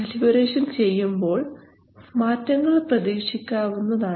calibration ചെയ്യുമ്പോൾ മാറ്റങ്ങൾ പ്രതീക്ഷിക്കാവുന്നതാണ്